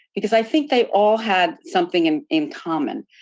because i think they all had something in in common.